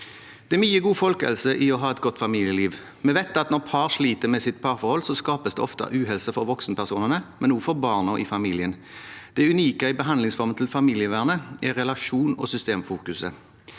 Det er mye god folkehelse i å ha et godt familieliv. Vi vet at når par sliter med sitt parforhold, skapes det ofte uhelse for voksenpersonene, men også for barna i familien. Det unike i behandlingsformen til familievernet er relasjon- og systemfokuset.